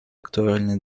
актуальны